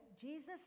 Jesus